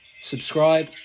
subscribe